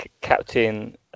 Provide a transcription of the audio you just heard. Captain